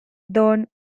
don